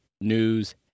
news